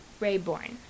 Rayborn